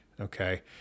okay